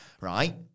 right